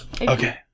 Okay